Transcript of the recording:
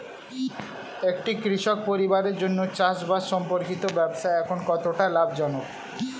একটি কৃষক পরিবারের জন্য চাষবাষ সম্পর্কিত ব্যবসা এখন কতটা লাভজনক?